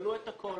יגלו את הכול.